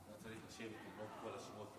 תכיר את השמות, כל השמות.